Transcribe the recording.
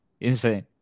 insane